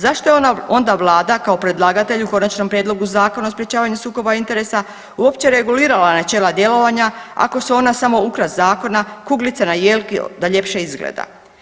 Zašto je onda Vlada kao predlagatelj u Konačnom prijedlogu zakona o sprječavanju sukoba interesa uopće regulirala načela djelovanja ako su ona samo ukras zakona, kuglice na jelki da ljepše izgleda?